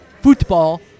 football